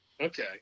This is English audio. Okay